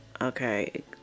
Okay